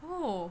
oh